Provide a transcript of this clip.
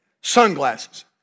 sunglasses